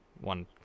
One